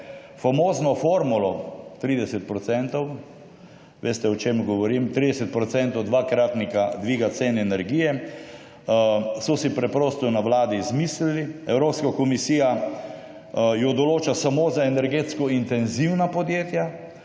Famozno formulo 30 %- veste o čem govorim – dvakratnika dviga cen energije so si preprosto na Vladi izmislili. Evropska komisija jo določa samo za energetsko intenzivna podjetja.